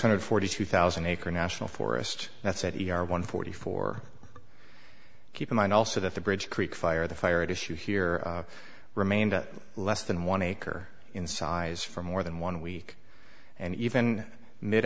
hundred forty two thousand acre national forest that said he are one forty four keep in mind also that the bridge creek fire the fire at issue here remained at less than one acre in size for more than one week and even mid